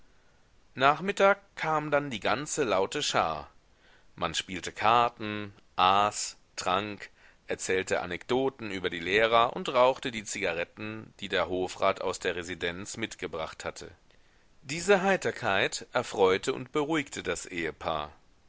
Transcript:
nachmittag kam dann die ganze laute schar man spielte karten aß trank erzählte anekdoten über die lehrer und rauchte die zigaretten die der hofrat aus der residenz mitgebracht hatte diese heiterkeit erfreute und beruhigte das ehepaar